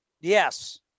Yes